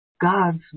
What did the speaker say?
God's